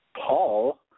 paul